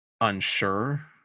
unsure